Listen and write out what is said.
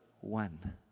one